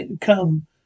come